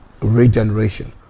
regeneration